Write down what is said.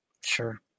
Sure